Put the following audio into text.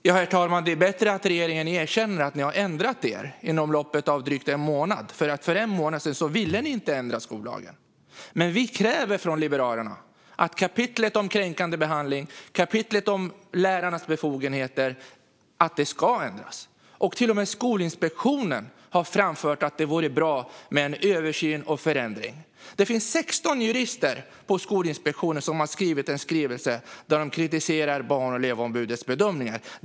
Herr talman! Det är bättre att regeringen erkänner att man har ändrat sig inom loppet av drygt en månad. För en månad sedan ville man nämligen inte ändra skollagen. Från Liberalernas sida kräver vi dock att kapitlet om kränkande behandling och kapitlet om lärarnas befogenheter ska ändras. Till och med Skolinspektionen har framfört att det vore bra med en översyn och förändring. Det finns 16 jurister på Skolinspektionen som i en skrivelse har kritiserat Barn och elevombudets bedömningar.